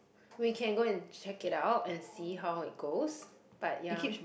we can go and check it out and see how it goes but ya